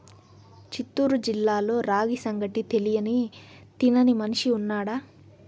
చిత్తూరు జిల్లాలో రాగి సంగటి తెలియని తినని మనిషి ఉన్నాడా